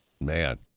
Man